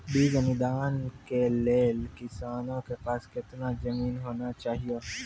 बीज अनुदान के लेल किसानों के पास केतना जमीन होना चहियों?